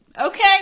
okay